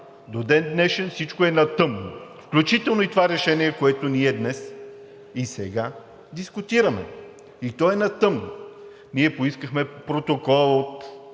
До ден днешен всичко е на тъмно, включително и това решение, което ние днес и сега дискутираме, и то е на тъмно. Ние поискахме протокол от